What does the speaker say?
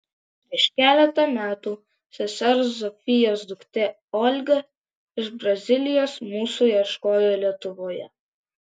prieš keletą metų sesers zofijos duktė olga iš brazilijos mūsų ieškojo lietuvoje